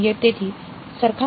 કહીએ